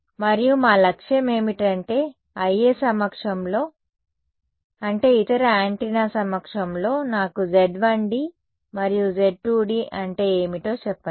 మరియు మా లక్ష్యం ఏమిటంటే IA సమక్షంలో అంటే ఇతర యాంటెన్నా సమక్షంలో నాకు Z1d మరియు Z2d అంటే ఏమిటో చెప్పండి